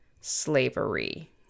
slavery